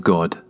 God